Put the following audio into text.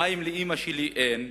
מים לאמא שלי אין.